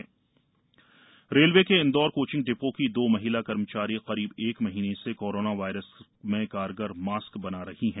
corona warriors railway के Indore coaching depot की दो महिला कर्मचारी करीब एक महीने से कोरोना वायरस में कारगर मास्क बना रही हैं